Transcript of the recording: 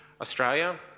Australia